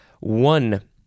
One